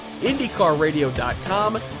IndyCarRadio.com